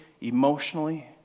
emotionally